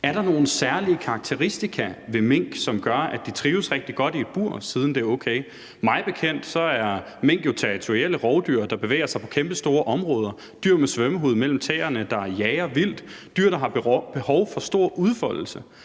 Er der nogle særlige karakteristika ved mink, som gør, at de trives rigtig godt i et bur, siden det er okay? Mig bekendt er mink jo territorielle rovdyr, der bevæger sig på kæmpestore områder, dyr, der jager vildt, med svømmehud mellem tæerne, dyr, der har behov for stor udfoldelse.